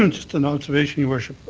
um just an observation, your worship,